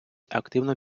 активно